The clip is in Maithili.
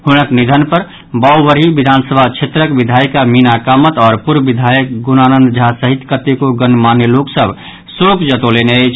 हुनक निधन पर बाबूबड़ही विधानसभा क्षेत्रक विधायीका मीना कामत आओर पूर्व विधायक गुणानंद झा सहित कतेको गणमान्य लोक सभ शोक जतौलनि अछि